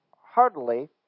heartily